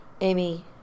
Amy